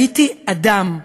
ראיתי אדם,